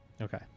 Okay